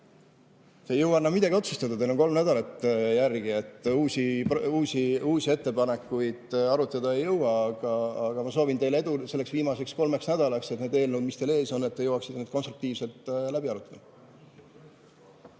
Te ei jõua enam midagi otsustada, teil on kolm nädalat järele jäänud. Uusi ettepanekuid arutada ei jõua, aga ma soovin teile edu selleks viimaseks kolmeks nädalaks, et te need eelnõud, mis teil ees on, jõuaksite konstruktiivselt läbi arutada.